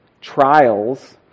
trials